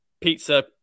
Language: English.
pizza